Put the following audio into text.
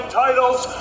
titles